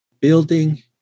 building